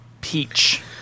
peach